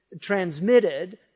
transmitted